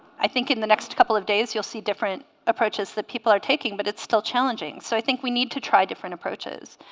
i think in the next couple of days you'll see different approaches that people are taking but it's still challenging so i think we need to try different approaches